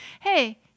Hey